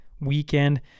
weekend